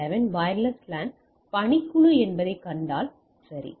11 wireless LAN பணிக்குழு என்பதைக் கண்டால் சரி